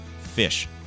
fish